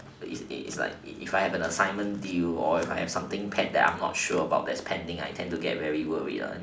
it's it's like if I have an assignment due or if I have something pend~ that I am not sure about that is pending I tend to get very worried one